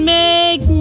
make